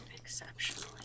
exceptionally